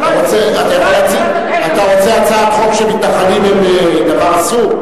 אתה רוצה הצעת חוק שמתנחלים הם דבר אסור?